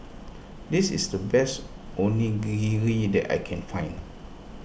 this is the best Onigiri that I can find